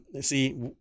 See